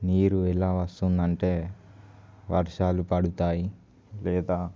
నీరు ఎలా వస్తుంది అంటే వర్షాలు పడుతాయి లేదా